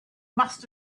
must